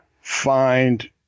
find